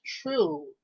true